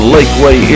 Lakeway